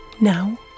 Now